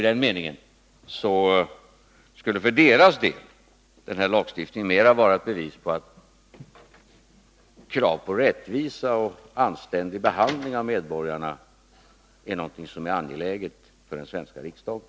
I den meningen skulle — för deras del — den här lagstiftningen mera vara ett bevis på att krav på rättvisa och anständig behandling av medborgarna är någonting som är angeläget för den svenska riksdagen.